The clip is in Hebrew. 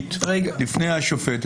להחליט לפני השופט?